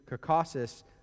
Caucasus